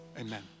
Amen